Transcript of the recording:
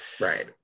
Right